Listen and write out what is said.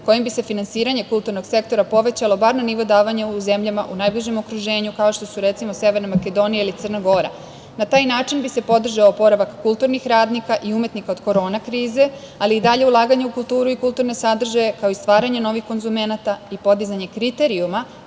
kojim bi se finansiranje kulturnog sektora povećalo bar na nivo davanja u zemljama u najbližem okruženju kao što su, recimo, Severna Makedonija ili Crna Gora. Na taj način bi se podržao oporavak kulturnih radnika i umetnika od korona krize, ali i dalja ulaganja u kulturu i kulturne sadržaje, kao i stvaranje novih konzumenata i podizanje kriterijuma